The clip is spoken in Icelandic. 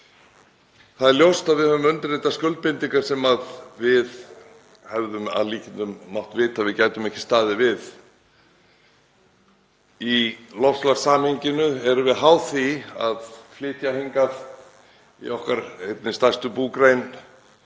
Það er ljóst að við höfum undirritað skuldbindingar sem við hefðum að líkindum mátt vita að við gætum ekki staðið við. Í loftslagssamhenginu erum við háð því að flytja hingað, í einni okkar stærstu búgrein,